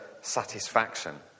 satisfaction